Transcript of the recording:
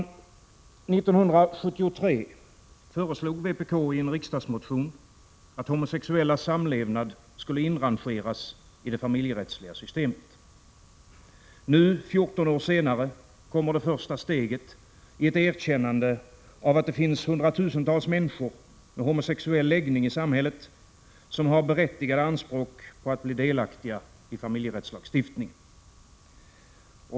1973 föreslog vpk i en riksdagsmotion att homosexuellas samlevnad skulle inrangeras i det familjerättsliga systemet. Nu, 14 år senare, kommer det första steget i ett erkännande av att det finns hundratusentals människor i samhället med homosexuell läggning, som har berättigade anspråk på att bli delaktiga i familjerättslagstiftningen.